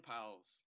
Pals